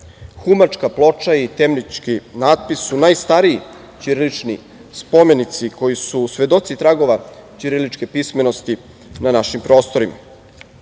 Humačka ploča i Temljički natpis su najstariji ćirilični spomenici, koji su svedoci tragova ćiriličke pismenosti na našim prostorima. Ćirilica